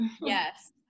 yes